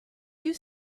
you